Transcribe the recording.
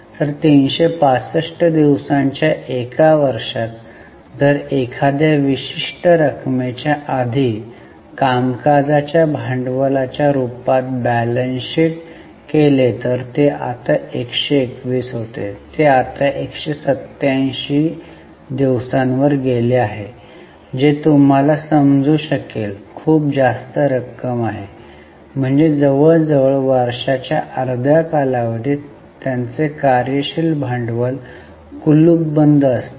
तर 365 दिवसांच्या एका वर्षात जर एखाद्या विशिष्ट रकमेच्या आधी कामकाजाच्या भांडवलाच्या रुपात बॅलन्स शीट केले तर ते आता 121 होते ते आता 187 दिवसांवर गेले आहे जे तुम्हाला समजू शकेल खूप जास्त रक्कम आहे म्हणजे जवळजवळ वर्षाच्या अर्ध्या कालावधीत त्यांचे कार्यशील भांडवल कुलूपबंद असते